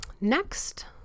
next